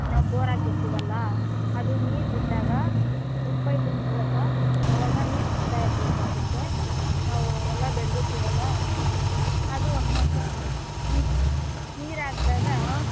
ನಾವು ಬೋರ್ ಹಾಕಿರ್ತೀವಲ್ಲ ಅದು ನೀರು ಬಿಟ್ಟಾಗ ಡ್ರಿಪ್ ಪೈಪಿನ ಮೂಲಕ ಆವಾಗ ನೀರು ಸಿಗ್ತಾ ಇರ್ತೈತೆ ಅದಕ್ಕೆ ನಾವು ಹೊಲ ಬೆಳೆದಿರ್ತೀವಲ್ಲ ಅದು ನೀರು ಹಾಕಿದಾಗ